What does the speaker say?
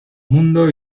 mundo